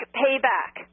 payback